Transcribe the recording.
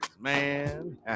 man